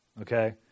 okay